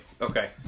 okay